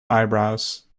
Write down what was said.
eyebrows